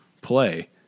play